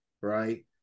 Right